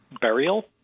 burial